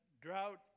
drought